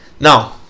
now